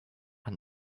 and